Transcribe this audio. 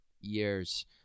years